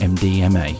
MDMA